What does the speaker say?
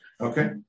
okay